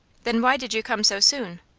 then why did you come so soon?